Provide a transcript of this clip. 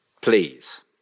please